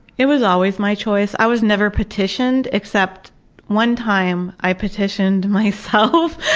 it was always my choice. i was never petitioned except one time i petitioned myself,